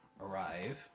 arrive